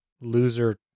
loser